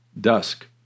dusk